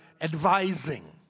advising